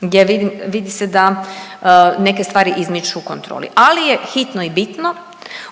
gdje vidi se da neke stvari izmiču kontroli, ali je hitno i bitno